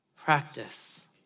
Practice